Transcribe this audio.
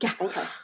Okay